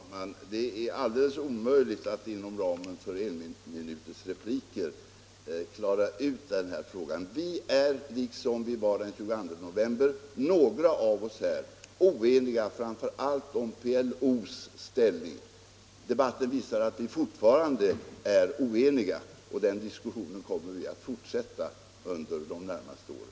Herr talman! Det är alldeles omöjligt att inom ramen för enminutsrepliker klara ut den här frågan. Några av oss var den 22 november oeniga framför allt om PLO:s ställning. Debatten visar att vi fortfarande är oeniga, och diskussionen om detta kommer vi att fortsätta under de närmaste åren.